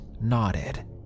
nodded